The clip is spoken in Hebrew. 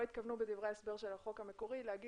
לא התכוונו בדברי ההסבר של החוק המקורי לומר